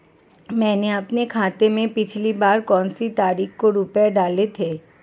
मैंने अपने खाते में पिछली बार कौनसी तारीख को रुपये डाले थे?